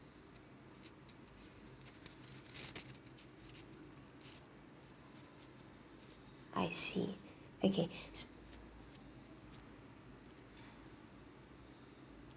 I see okay